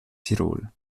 tirol